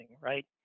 right